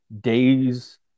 days